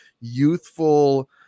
youthful